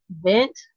vent